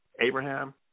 Abraham